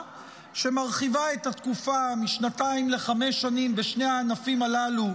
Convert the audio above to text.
שמרחיבה את התקופה משנתיים לחמש שנים בשני ענפים הללו,